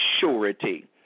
surety